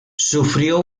sufrió